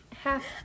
Half